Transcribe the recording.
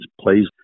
plays